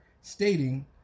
stating